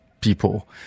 people